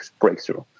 breakthrough